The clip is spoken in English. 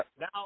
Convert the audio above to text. Now –